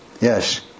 Yes